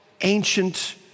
ancient